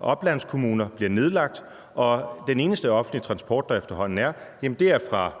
oplandskommuner bliver nedlagt og den eneste offentlige transport, der efterhånden er, er fra